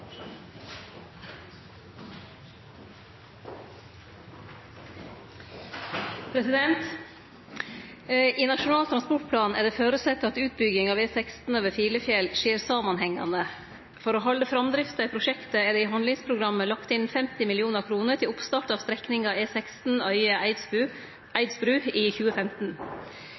håper i det minste at også representanten Lysbakken er for å finne løsninger av hensyn til borgernes sikkerhet. «I Nasjonal transportplan er det føresett at utbygging av E16 over Filefjell skjer samanhengande. For å halde framdrifta i prosjektet er det i handlingsprogrammet lagt inn 50 mill. kr til oppstart av strekninga